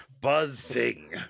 buzzing